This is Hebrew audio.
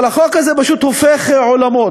אבל החוק הזה פשוט הופך עולמות,